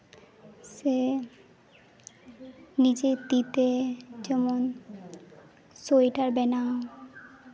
ᱥᱮ ᱱᱤᱡᱮ ᱛᱤ ᱛᱮ ᱡᱮᱢᱚᱱ ᱥᱳᱭᱮᱴᱟᱨ ᱵᱮᱱᱟᱣ